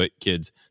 kids